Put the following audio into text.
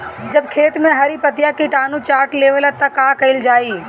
जब खेत मे हरी पतीया किटानु चाट लेवेला तऽ का कईल जाई?